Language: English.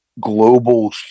global